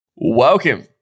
Welcome